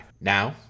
Now